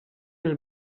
nel